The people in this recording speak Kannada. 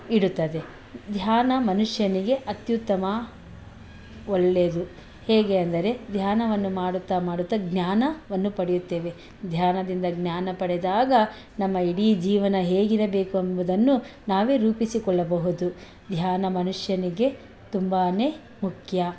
ಇಡುತ್ತದೆ ಧ್ಯಾನ ಮನುಷ್ಯನಿಗೆ ಅತ್ಯುತ್ತಮ ಒಳ್ಳೇದು ಹೇಗೆ ಅಂದರೆ ಧ್ಯಾನವನ್ನು ಮಾಡುತ್ತಾ ಮಾಡುತ್ತಾ ಜ್ಞಾನವನ್ನು ಪಡೆಯುತ್ತೇವೆ ಧ್ಯಾನದಿಂದ ಜ್ಞಾನ ಪಡೆದಾಗ ನಮ್ಮ ಇಡೀ ಜೀವನ ಹೇಗಿರಬೇಕೆಂಬುದನ್ನು ನಾವೇ ರೂಪಿಸಿಕೊಳ್ಳಬಹುದು ಧ್ಯಾನ ಮನುಷ್ಯನಿಗೆ ತುಂಬನೇ ಮುಖ್ಯ